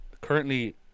Currently